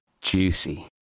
juicy